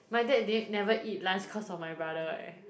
my dad didn't never eat lunch cause of my brother eh